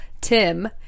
Tim